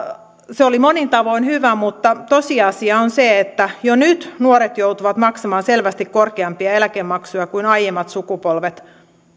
se oli monin tavoin hyvä mutta tosiasia on se että jo nyt nuoret joutuvat maksamaan selvästi korkeampia eläkemaksuja kuin aiemmat sukupolvet